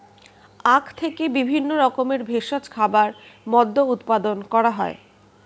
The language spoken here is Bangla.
আখ থেকে বিভিন্ন রকমের ভেষজ খাবার, মদ্য উৎপাদন করা হয়